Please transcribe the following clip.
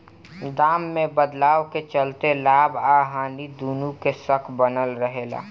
दाम में बदलाव के चलते लाभ आ हानि दुनो के शक बनल रहे ला